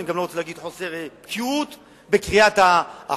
אני גם לא רוצה להגיד, חוסר בקיאות בקריאת החוק.